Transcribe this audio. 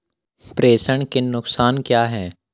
प्रेषण के नुकसान क्या हैं?